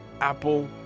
Apple